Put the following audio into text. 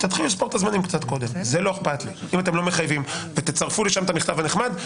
תתחילו לספור את הזמנים קצת קודם ותצרפו לשם את המכתב הנחמד.